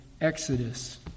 Exodus